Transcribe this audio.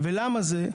ולמה זה?